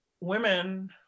women